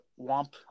Womp